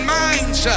minds